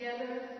Together